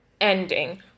ending